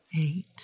eight